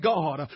God